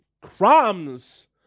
Crumbs